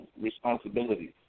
responsibilities